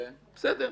בסדר,